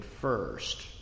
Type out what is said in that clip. first